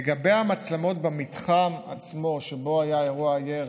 לגבי המצלמות במתחם שבו היה אירוע הירי,